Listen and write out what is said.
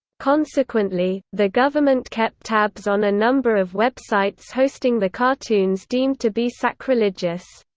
consequently, the government kept tabs on a number of websites hosting the cartoons deemed to be sacrilegious.